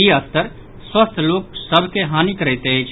ई स्तर स्वस्थ लोक सभक के हानि करैत अछि